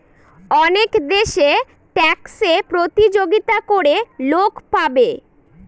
অনেক দেশে ট্যাক্সে প্রতিযোগিতা করে লোক পাবে